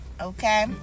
okay